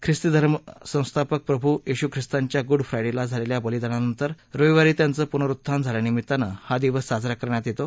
ख्रिस्ती धर्म संस्थापक प्रभू येशू ख्रिस्तांच्या गुड फ्रायडेला झालेल्या बलिदानानंतर रविवारी त्यांचं पुनरुत्थान झाल्यानिमित्त हा दिवस साजरा केला जातो